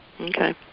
Okay